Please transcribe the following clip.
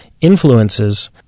influences